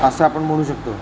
असं आपण म्हणू शकतो